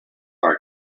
are